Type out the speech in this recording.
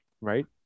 right